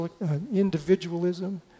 individualism